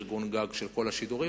ארגון-גג של כל השידורים,